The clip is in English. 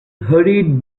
hurried